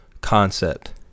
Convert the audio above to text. concept